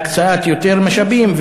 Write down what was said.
להקצאת יותר משאבים,